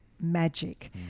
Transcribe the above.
Magic